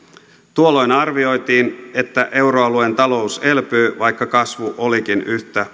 tuolloin arvioitiin että euroalueen talous elpyy vaikka kasvu olikin